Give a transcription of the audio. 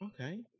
okay